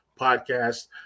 podcast